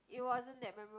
it wasn't that memorab~